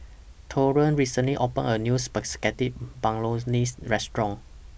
Taurean recently opened A New Spaghetti Bolognese Restaurant